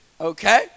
okay